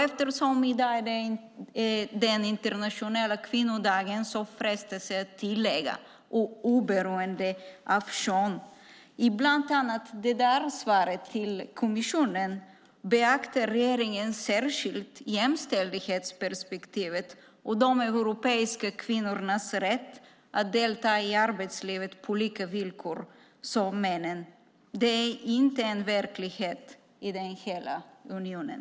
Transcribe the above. Eftersom det i dag är den internationella kvinnodagen frestas jag att tillägga: och oberoende av kön. I bland annat svaret till kommissionen beaktar regeringen särskilt jämställdhetsperspektivet och de europeiska kvinnornas rätt att delta i arbetslivet på samma villkor som männen. Det är inte verklighet i hela unionen.